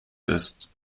ist